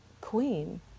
queen